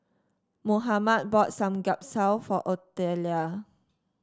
Mohammed bought Samgyeopsal for Otelia